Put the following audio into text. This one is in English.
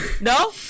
No